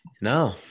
No